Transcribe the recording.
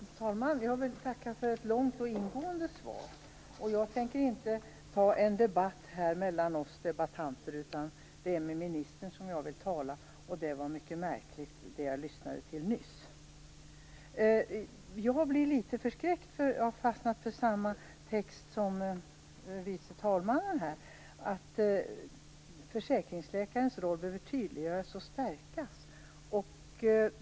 Fru talman! Jag får tacka för ett långt och ingående svar. Jag tänker inte ta en debatt mellan oss meddebattörer. Det är med ministern jag vill tala, och det jag lyssnade till nyss var mycket märkligt. Jag blir litet förskräckt. Jag har fastnat för samma text som andre vice talmannen, nämligen att försäkringsläkarens roll behöver tydliggöras och stärkas.